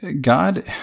God